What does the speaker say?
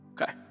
Okay